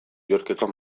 yorkeko